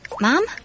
mom